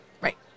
Right